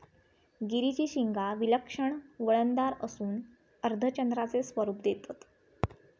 गिरीची शिंगा विलक्षण वळणदार असून अर्धचंद्राचे स्वरूप देतत